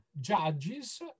judges